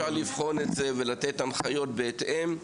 אז אפשר לבחון את זה ולתת הנחיות בהתאם.